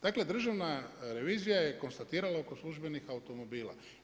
Dakle, Državna revizija je konstatirala oko službenih automobila.